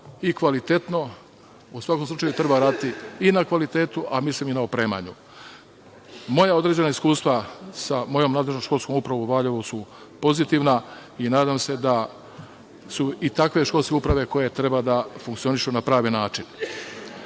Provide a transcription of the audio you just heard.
i kvalitetno. U svakom slučaju, treba raditi i na kvalitetu, a mislim i na opremanju. Moja određena iskustva sa mojom nadležnom školskom upravom u Valjevu su pozitivna i nadam se da su i takve školske uprave koje treba da funkcionišu na pravi način. Što